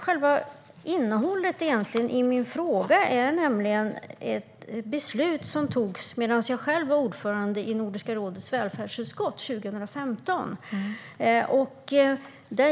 Själva innehållet i min fråga gäller ett beslut som togs medan jag själv var ordförande i Nordiska rådets välfärdsutskott 2015.